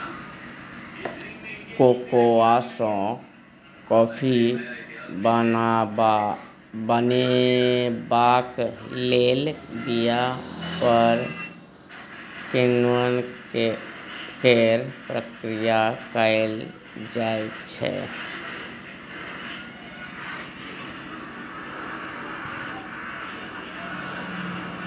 cocoa सँ coffee बनेबाक लेल बीया पर किण्वन केर प्रक्रिया कएल जाइ छै